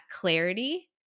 clarity